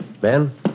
Ben